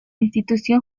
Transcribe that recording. institución